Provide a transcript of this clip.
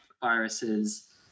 viruses